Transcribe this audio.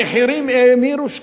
המחירים האמירו שחקים.